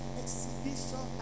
exhibition